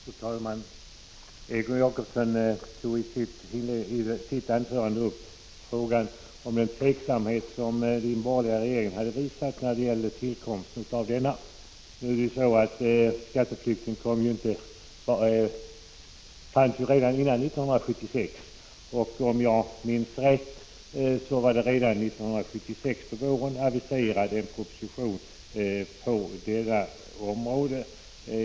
Fru talman! Egon Jacobsson tog i sitt anförande upp frågan om den tveksamhet som den borgerliga regeringen hade visat vid tillkomsten av denna lag. Nu fanns det ett förslag till en lag om skatteflykt redan före år 1976. Om jag minns rätt var det på våren 1976 som den dåvarande socialdemokratiska regeringen aviserade en proposition på detta område.